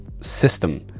system